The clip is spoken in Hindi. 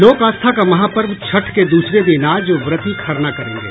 लोक आस्था का महापर्व छठ के दूसरे दिन आज व्रती खरना करेंगे